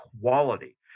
quality